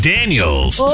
Daniels